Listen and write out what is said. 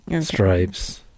stripes